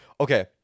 Okay